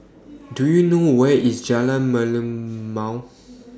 Do YOU know Where IS Jalan Merlimau